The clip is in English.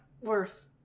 Worse